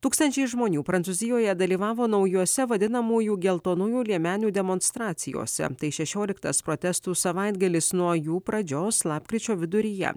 tūkstančiai žmonių prancūzijoje dalyvavo naujuose vadinamųjų geltonųjų liemenių demonstracijose tai šešioliktas protestų savaitgalis nuo jų pradžios lapkričio viduryje